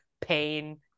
pain